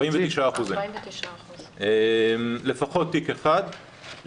49%. לפחות תיק אחד,